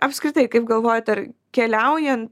apskritai kaip galvojat ar keliaujant